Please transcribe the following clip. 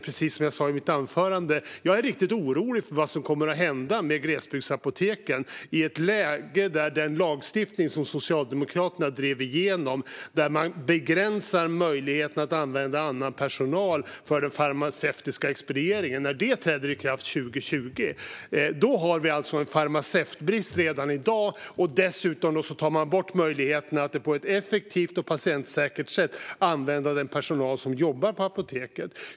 Precis som jag sa i mitt anförande är jag riktigt orolig för vad som kommer att hända med glesbygdsapoteken i ett läge där den lagstiftning som Socialdemokraterna drev igenom innebär att möjligheterna att använda annan personal för den farmaceutiska expedieringen begränsas när lagstiftningen träder i kraft 2020. Det råder brist på farmaceuter redan i dag, och dessutom tar man bort möjligheterna att på ett effektivt och patientsäkert sätt använda den personal som jobbar på apoteken.